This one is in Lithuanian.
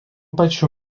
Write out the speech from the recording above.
pačių